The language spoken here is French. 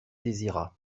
désirat